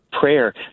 prayer